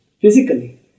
physically